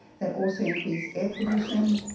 that also increased air pollution,